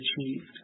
achieved